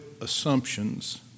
assumptions